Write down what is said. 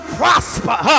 prosper